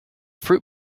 fruit